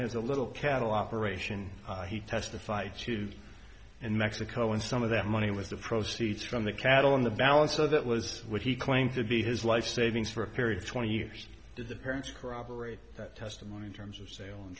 has a little cattle operation he testified to in mexico and some of that money was the proceeds from the cattle in the balance so that was what he claimed to be his life savings for a period of twenty years disappearance corroborate that testimony in terms of sale